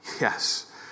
Yes